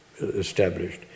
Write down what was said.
established